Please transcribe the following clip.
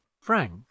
frank